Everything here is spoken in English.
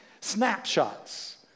Snapshots